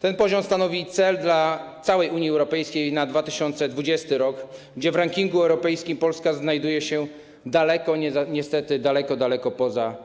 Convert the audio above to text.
Ten poziom stanowi cel dla całej Unii Europejskiej na 2020 r., a w rankingu europejskim Polska znajduje się niestety daleko, daleko poza